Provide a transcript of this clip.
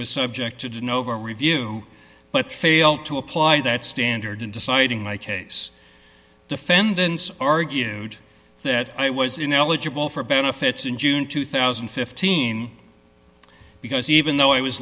was subjected to an over review but fail to apply that standard in deciding my case defendants argued that i was ineligible for benefits in june two thousand and fifteen because even though i was